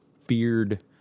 feared